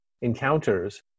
encounters